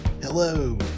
Hello